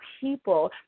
people